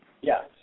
Yes